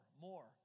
more